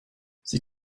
sie